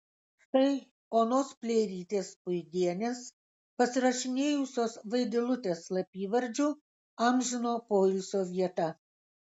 štai onos pleirytės puidienės pasirašinėjusios vaidilutės slapyvardžiu amžino poilsio vieta